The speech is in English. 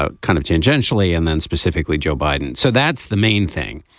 ah kind of tangentially and then specifically joe biden. so that's the main thing.